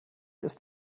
ist